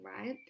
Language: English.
right